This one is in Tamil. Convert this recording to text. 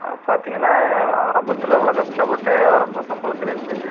பார்த்தீங்கன்னா ஆரம்பத்தில் இவ்வளோ கஷ்டப்பட்டு ஆரம்ப சம்பளத்திலேருந்து